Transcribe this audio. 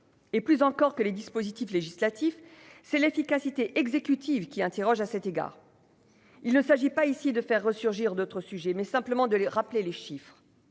et, plus encore que les dispositifs législatifs, c'est l'efficacité exécutive qui interroge à cet égard, il ne s'agit pas ici de faire resurgir, d'autres sujets, mais simplement de les rappeler les chiffres,